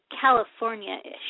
California-ish